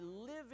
living